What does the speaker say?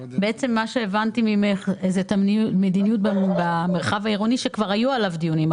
מה שהבנתי ממך זה את המדיניות במרחב העירוני שכבר היו עליה דיונים.